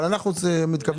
אנחנו מתכוונים.